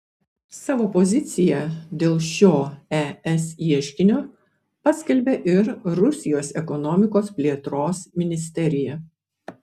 savo poziciją dėl šio es ieškinio paskelbė ir rusijos ekonomikos plėtros ministerija